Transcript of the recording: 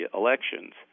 elections